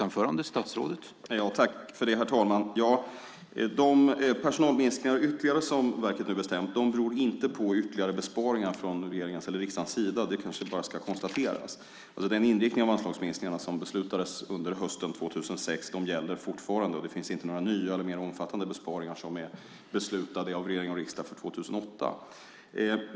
Herr talman! De ytterligare personalminskningar som verket nu har bestämt om beror inte på ytterligare besparingar från regeringens eller riksdagens sida; det kanske bara ska konstateras. Den inriktning av anslagsminskningarna som beslutades under hösten 2006 gäller fortfarande. Det finns inte några nya eller mer omfattande besparingar som är beslutade om av regering och riksdag för 2008.